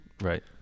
Right